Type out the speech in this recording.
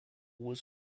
was